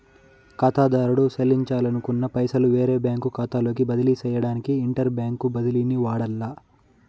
కాతాదారుడు సెల్లించాలనుకున్న పైసలు వేరే బ్యాంకు కాతాలోకి బదిలీ సేయడానికి ఇంటర్ బ్యాంకు బదిలీని వాడాల్ల